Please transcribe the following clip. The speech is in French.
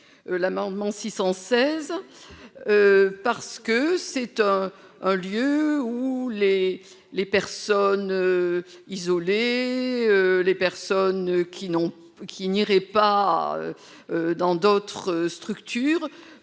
l'amendement 616 parce que c'est un lieu où les les personnes isolées, les personnes qui n'ont, qui n'irait pas dans d'autres structures